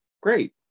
great